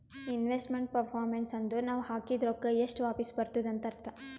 investment performance ಅಂದುರ್ ನಾವ್ ಹಾಕಿದ್ ರೊಕ್ಕಾ ಎಷ್ಟ ವಾಪಿಸ್ ಬರ್ತುದ್ ಅಂತ್ ಅರ್ಥಾ